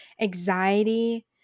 anxiety